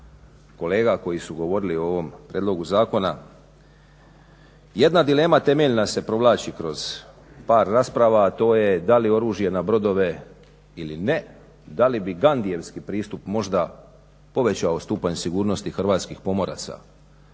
kolega koji su govorili o ovom prijedlogu zakona. Jedna dilema temeljna se provlači kroz par rasprava, a to je da li oružje na brodove ili ne, da li bi Ghandijevski pristup možda povećao stupanj sigurnosti hrvatskih pomoraca